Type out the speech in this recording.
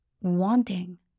wanting